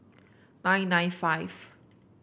nine nine five